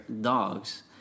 dogs